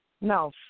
No